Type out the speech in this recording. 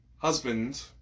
husband